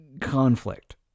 conflict